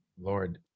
Lord